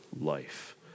life